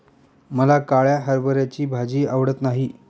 मला काळ्या हरभऱ्याची भाजी आवडत नाही